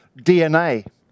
DNA